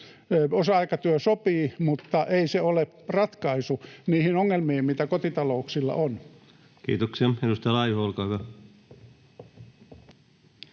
osa-aikatyö sopii, mutta ei se ole ratkaisu niihin ongelmiin, mitä kotitalouksilla on. [Speech 96] Speaker: